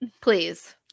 Please